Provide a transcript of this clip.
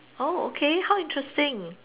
oh okay how interesting